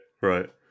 Right